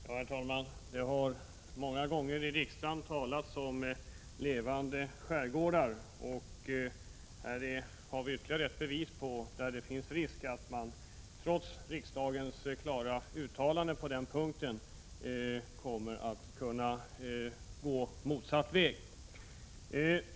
Herr talman! Det har många gånger i riksdagen talats om att vi skall främja levande skärgårdar. Här har vi fått ytterligare ett bevis på att det finns risk för att man trots riksdagens klara uttalande på den punkten kommer att gå motsatt väg.